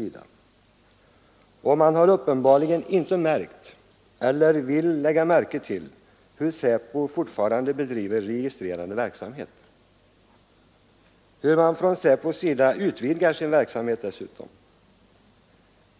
Utskottets majoritet har uppenbarligen inte märkt — eller vill inte lägga märke till — hur SÄPO fortfarande bedriver registrerande verksamhet och t.o.m. utvidgar den!